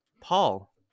Paul